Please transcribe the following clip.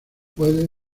puede